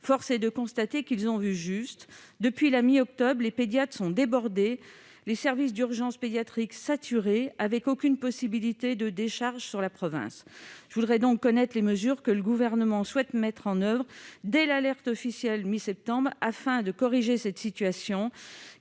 Force est de constater qu'ils ont vu juste. Depuis la mi-octobre, les pédiatres sont débordés et les services d'urgence pédiatrique parisiens saturés, sans possibilité de décharge sur la province. J'aimerais donc connaître les mesures que le Gouvernement a mises en oeuvre, dès l'alerte officielle, mi-septembre, afin de corriger cette situation